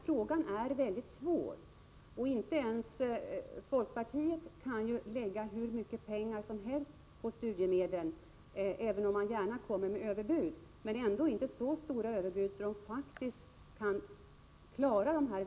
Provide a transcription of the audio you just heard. Frågan är svår, och inte ens folkpartiet kan ju lägga hur mycket pengar som helst på studiemedlen, även om man gärna kommer med överbud. Man kan inte framföra så stora överbud att det löser de här mycket svåra problemen.